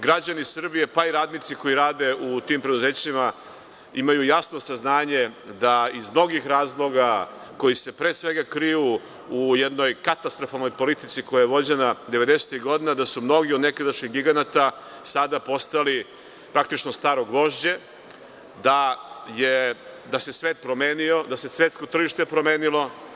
Građani Srbije, pa i radnici koji rade u tim preduzećima, imaju jasno saznanje da iz mnogih razloga koji se pre svega kriju u jednoj katastrofalnoj politici koja je vođena 90-tih godina, da su mnogi od nekadašnjih giganata sada postali praktično staro gvožđe, da se svet promenio, da se svetsko tržište promenilo.